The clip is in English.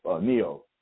Neo